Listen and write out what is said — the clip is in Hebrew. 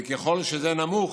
וככל שזה נמוך,